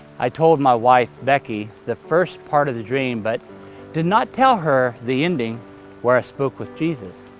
i told my wife, becky, the first part of the dream, but did not tell her the ending where i spoke with jesus.